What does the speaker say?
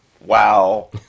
wow